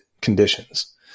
conditions